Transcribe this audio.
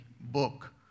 book